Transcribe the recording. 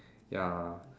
ya